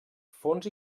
fons